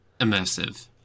immersive